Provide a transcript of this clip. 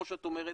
כמו שאת אומרת,